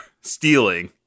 stealing